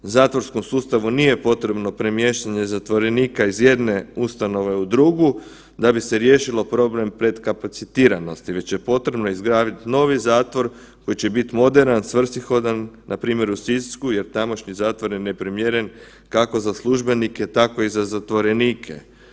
Zatvorskom sustavu nije potrebno premještanje zatvorenika iz jedne ustanove u drugu, da bi se riješilo problem prekapacitiranosti već je potrebno izgraditi novi zatvor koji će biti moderan, svrsishodan, npr. u Sisku jer tamošnji zatvor je neprimjeren, kako za službenike, tako i za zatvorenike.